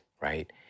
right